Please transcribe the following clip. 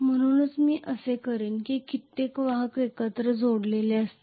म्हणूनच मी असे करीन की कित्येक वाहक एकत्र जोडलेले असतील